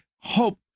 hope